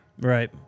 Right